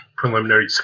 preliminary